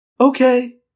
Okay